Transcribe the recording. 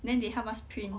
then they help us print